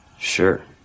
Sure